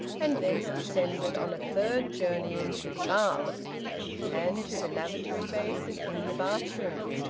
and thence descended, on a third journeying, to the bath and to the lavatory basin in the bathroom.